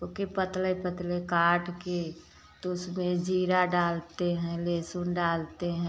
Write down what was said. okay पतले पतले काट के तो उसमें जीरा डालते हैं लेहसुन डालते हैं